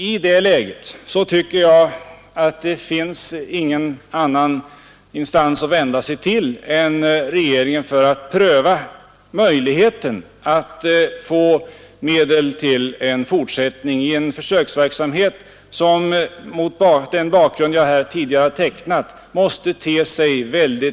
I det läget tycker jag att det inte finns någon annan instans att vända sig till än regeringen för att pröva möjligheten att få medel till en fortsättning av en försöksverksamhet som — mot den bakgrund jag tidigare tecknat — måste te sig mycket väsentlig.